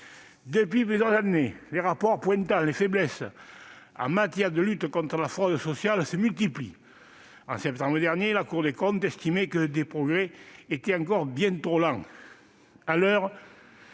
Depuis plusieurs années, les rapports pointant les faiblesses en matière de lutte contre la fraude sociale se multiplient. Au mois de septembre dernier, la Cour des comptes estimait que les progrès étaient encore bien trop lents.